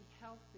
healthy